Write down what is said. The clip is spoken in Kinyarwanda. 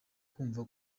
kumva